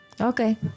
Okay